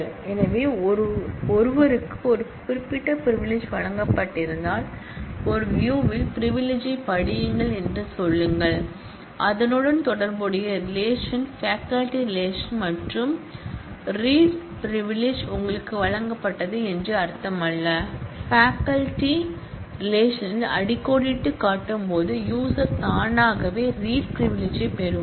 எனவே ஒருவருக்கு ஒரு குறிப்பிட்ட பிரிவிலிஜ் வழங்கப்பட்டிருந்தால் ஒரு வியூ ல் பிரிவிலிஜ்யைப் படியுங்கள் என்று சொல்லுங்கள் அதனுடன் தொடர்புடைய ரிலேஷன் பேகல்ட்டி ரிலேஷன் பற்றிய ரீட் பிரிவிலிஜ் உங்களுக்கு வழங்கப்பட்டது என்று அர்த்தமல்ல பேகல்ட்டி ரிலேஷன் ல் அடிக்கோடிட்டுக் காட்டும்போது யூசர் தானாகவே ரீட் பிரிவிலிஜ்யைப் பெறுவார்